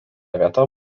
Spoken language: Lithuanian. vieta